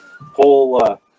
whole